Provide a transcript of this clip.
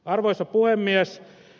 arvoisa puhemies